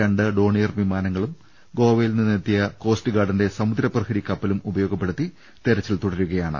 രണ്ട് ഡോണിയർ വിമാനങ്ങളും ഗോവ യിൽ നിന്നെത്തിയ കോസ്റ്റ് ഗാർഡിന്റെ സമുദ്ര പ്രഹരി കപ്പലും ഉപയോഗപ്പെടുത്തി തെരച്ചിൽ തുടരുകയാണ്